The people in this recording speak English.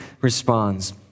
responds